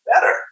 better